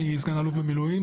אני סגן אלוף במילואים,